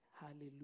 Hallelujah